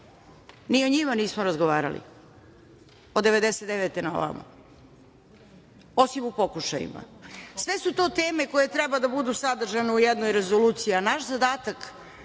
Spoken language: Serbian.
ni o njima nismo razgovarali od 1999. godine na ovamo, osim u pokušajima. Sve su to teme koje treba da budu sadržane u jednoj rezoluciji, a naš zadatak